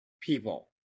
people